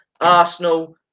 Arsenal